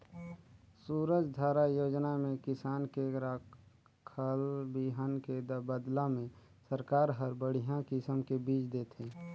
सूरजधारा योजना में किसान के राखल बिहन के बदला में सरकार हर बड़िहा किसम के बिज देथे